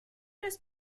раз